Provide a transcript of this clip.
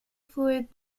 fluid